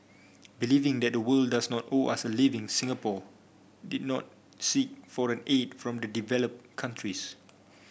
believing that the world does not owe us a living Singapore did not seek foreign aid from the developed countries